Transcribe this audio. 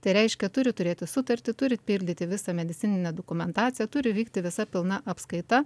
tai reiškia turi turėti sutartį turi pildyti visą medicininę dokumentaciją turi vykti visa pilna apskaita